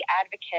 advocate